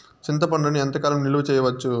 చింతపండును ఎంత కాలం నిలువ చేయవచ్చు?